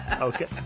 okay